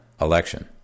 election